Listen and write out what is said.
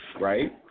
right